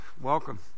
Welcome